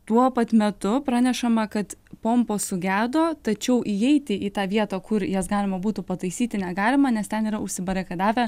tuo pat metu pranešama kad pompos sugedo tačiau įeiti į tą vietą kur jas galima būtų pataisyti negalima nes ten yra užsibarikadavę